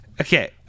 Okay